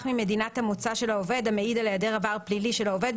ממדינת המוצא של העובד המעיד על היעדר עבר פלילי של עובד,